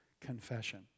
Confession